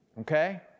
okay